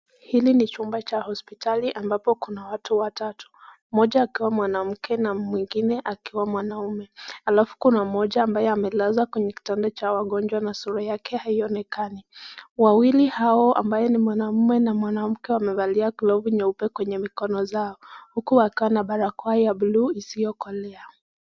Hili ni chumba cha hospitali ambapo kuna watu watatu mmoja akiwa mwanamke na mwingine akiwa mwanaume alafu kuna mmoja ambaye amelazwa kwenye kitanda cha wagonjwa na sura yake haionekani. Wawili hao ambao ni mwanaume na mwanamke wamevalia glavu nyeupe kwa mikono yao huku wakiwa na barakoa ya Buluu isiyokolea.